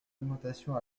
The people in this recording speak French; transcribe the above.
augmentation